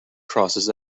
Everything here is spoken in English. crosses